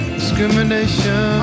discrimination